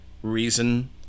Reason